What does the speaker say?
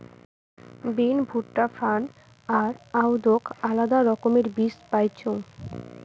বিন, ভুট্টা, ফার্ন আর আদৌক আলাদা রকমের বীজ পাইচুঙ